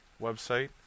website